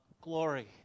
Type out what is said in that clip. glory